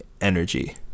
energy